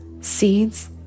seeds